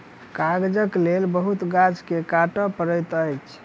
कागजक लेल बहुत गाछ के काटअ पड़ैत अछि